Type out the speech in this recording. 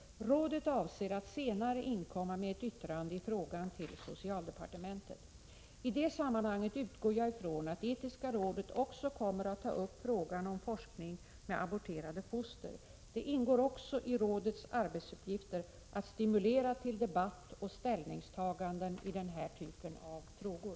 Rådet avser att senare inkomma med ett yttrande i frågan till socialdepartementet. I det sammanhanget utgår jag ifrån att etiska rådet också kommer att ta upp frågan om forskning med aborterade foster. Det ingår också i rådets arbetsuppgifter att stimulera till debatt och ställningstaganden i den här typen av frågor.